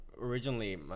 originally